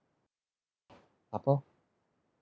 supper